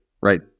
right